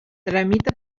tramita